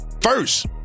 first